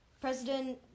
President